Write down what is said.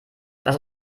das